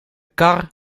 kar